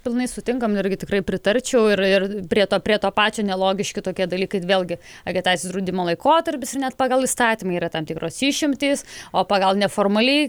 pilnai sutinkam irgi tikrai pritarčiau ir prie to prie to pačio nelogiški tokie dalykai vėlgi agitacijos draudimo laikotarpis ir net pagal įstatymą yra tam tikros išimtys o pagal neformaliai